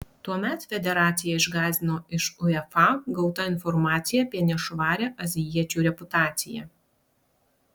tuomet federaciją išgąsdino iš uefa gauta informacija apie nešvarią azijiečių reputaciją